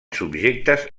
subjectes